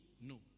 no